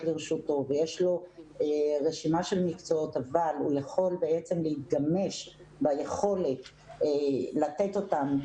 לרשותו ויש לו רשימה של מקצועות אבל הוא יכול להתגמש ביכולת לתת אותן,